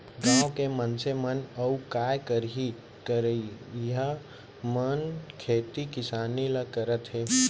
गॉंव के मनसे मन अउ काय करहीं करइया मन खेती किसानी ल करत हें